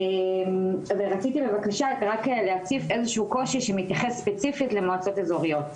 רציתי בבקשה רק להציף איזשהו קושי שמתייחס ספציפית למועצות אזוריות,